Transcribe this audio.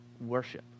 worship